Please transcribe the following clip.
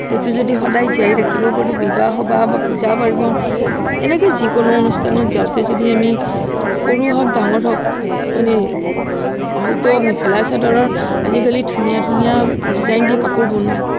সেইটো যদি সদায় জীয়াই ৰাখিব পাৰোঁ বিবাহ সবাহ বা পূজা পাৰ্বণ এনেকৈ যিকোনো অনুষ্ঠানত যাওঁতে যদি আমি সৰু হওক ডাঙৰ হওক মানে হয়তো মেখেলা চাদৰৰ আজিকালি ধুনীয়া ধুনীয়া ডিজাইন দি কাপোৰ বনায়